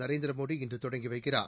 நரேந்திர மோடி இன்று தொடங்கி வைக்கிறார்